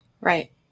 Right